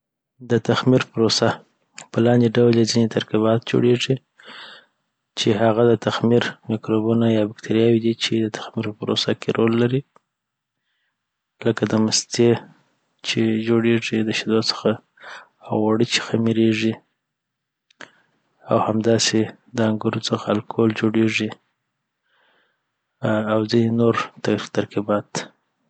د تخمیر پروسه په لاندي ډول یی ځیني ترکیبات جوړيږی چي هغه د تخمیر مکروبونه یابکتریاوي دي چي د تخمیر په پروسه کي رول لري لکه د مستې چي جوړیږي د شېدو څخه او اوړه چي خمیریږي او همداسي د انګورو څخه الکهول جوړیږي اوځیني نور ترکیبات